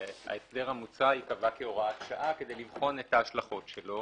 שההסדר המוצע ייקבע כהוראת שעה כדי לבחון את ההשלכות שלו.